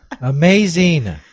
Amazing